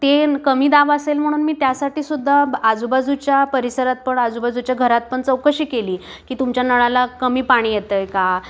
ते कमी दाब असेल म्हणून मी त्यासाठीसुद्धा आजूबाजूच्या परिसरात पण आजूबाजूच्या घरात पण चौकशी केली की तुमच्या नळाला कमी पाणी येतंय का